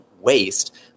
waste